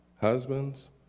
Husbands